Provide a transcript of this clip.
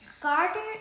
garden